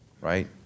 Right